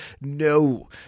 No